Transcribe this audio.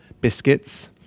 biscuits